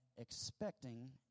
expecting